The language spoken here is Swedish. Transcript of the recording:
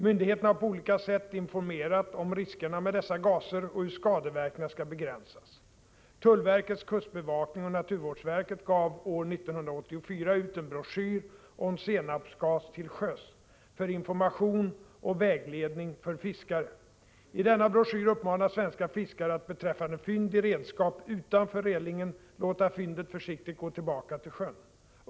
Myndigheterna har på olika sätt informerat om riskerna med dessa gaser och hur skadeverkningar skall begränsas: Tullverkets kustbevakning och naturvårdsverket gav år 1984 ut en broschyr om senapsgas till sjöss för information och vägledning för fiskare. I denna broschyr uppmanas svenska fiskare att beträffande fynd i redskap utanför relingen låta fyndet försiktigt gå tillbaka till sjön.